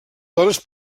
dones